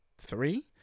three